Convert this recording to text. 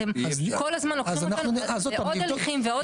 אתם כל הזמן לוקחים אותנו לעוד הליכים ועוד הליכים.